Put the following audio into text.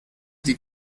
die